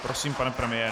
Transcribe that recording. Prosím, pane premiére.